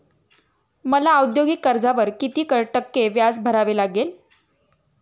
मला औद्योगिक कर्जावर किती टक्के व्याज भरावे लागेल?